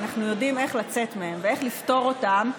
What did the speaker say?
שאנחנו יודעים איך לצאת מהם ואיך לפתור אותם,